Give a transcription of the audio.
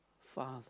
father